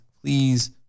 please